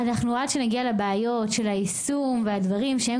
עד שנגיע לבעיות של היישום והדברים שהם